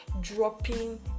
Dropping